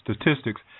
statistics